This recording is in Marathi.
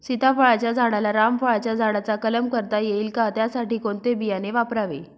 सीताफळाच्या झाडाला रामफळाच्या झाडाचा कलम करता येईल का, त्यासाठी कोणते बियाणे वापरावे?